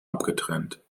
abgetrennt